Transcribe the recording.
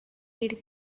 aid